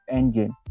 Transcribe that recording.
engine